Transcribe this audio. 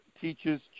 teaches